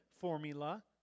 formula